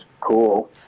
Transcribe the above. cool